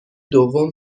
دوم